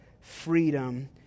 freedom